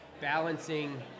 balancing